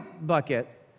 bucket